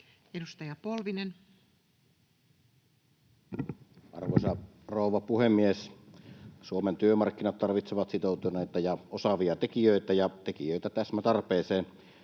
Edustaja Polvinen. Arvoisa rouva puhemies! Suomen työmarkkinat tarvitsevat sitoutuneita ja osaavia tekijöitä ja tekijöitä täsmätarpeeseen.